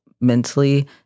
mentally